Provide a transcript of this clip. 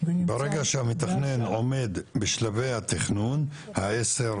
--- ברגע שהמתכנן עומד בשלבי התכנון ה-10,